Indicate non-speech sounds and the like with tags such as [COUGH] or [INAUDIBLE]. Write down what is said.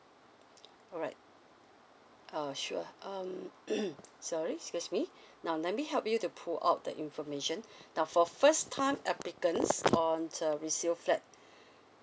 alright err sure um [COUGHS] sorry excuse me now let me help you to pull out the information now for first time applicants on uh resale flat